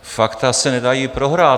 Fakta se nedají prohrát.